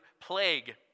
plague